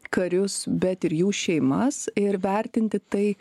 karius bet ir jų šeimas ir vertinti tai